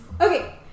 Okay